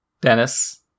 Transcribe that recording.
Dennis